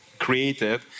created